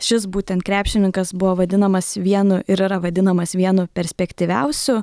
šis būtent krepšininkas buvo vadinamas vienu ir yra vadinamas vienu perspektyviausių